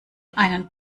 einen